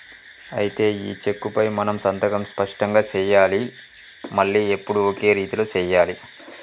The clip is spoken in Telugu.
అయితే ఈ చెక్కుపై మనం సంతకం స్పష్టంగా సెయ్యాలి మళ్లీ ఎప్పుడు ఒకే రీతిలో సెయ్యాలి